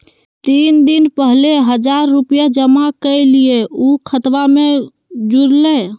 तीन दिन पहले हजार रूपा जमा कैलिये, ऊ खतबा में जुरले?